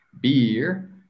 beer